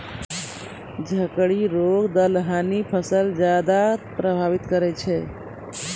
झड़की रोग दलहनी फसल के ज्यादा प्रभावित करै छै